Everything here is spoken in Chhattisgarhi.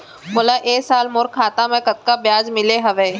मोला ए साल मोर खाता म कतका ब्याज मिले हवये?